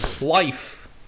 life